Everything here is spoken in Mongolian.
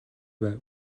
байв